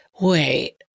wait